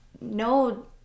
no